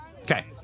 okay